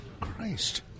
Christ